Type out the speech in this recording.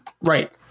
Right